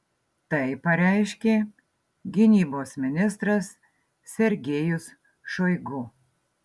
tai pareiškė gynybos ministras sergejus šoigu